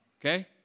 okay